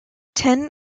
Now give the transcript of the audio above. ten